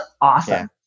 awesome